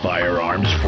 Firearms